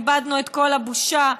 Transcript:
איבדנו את כל הבושה,